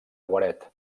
guaret